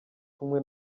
kumwe